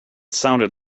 sounded